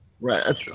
Right